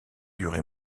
durée